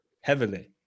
heavily